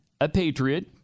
apatriot